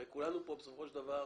הרי כולנו פה בסופו של דבר,